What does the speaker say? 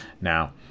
Now